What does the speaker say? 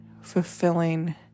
fulfilling